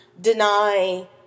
deny